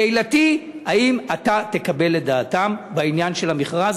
שאלתי: האם תקבל את דעתם בעניין המכרז